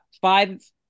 five